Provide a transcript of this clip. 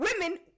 Women